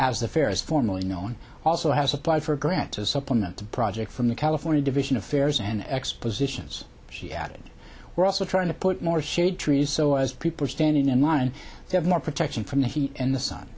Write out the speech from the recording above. as the fair is formally known also has applied for a grant to supplement the project from the california division of fairs and expositions she added we're also trying to put more shade trees so as people are standing in line they have more protection from the heat in the sun